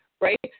right